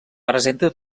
presenta